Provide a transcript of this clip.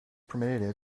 permitted